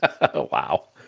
Wow